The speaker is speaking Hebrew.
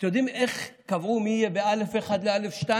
אתם יודעים איך קבעו מי יהיה בא'1 ובא'2?